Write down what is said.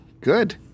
Good